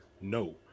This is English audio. No